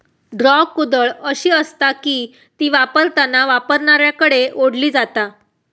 draw कुदळ अशी आसता की ती वापरताना वापरणाऱ्याकडे ओढली जाता